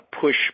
push